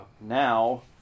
Now